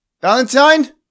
valentine